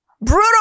Brutal